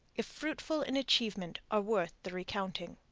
if fruitful in achievement, are worth the recounting.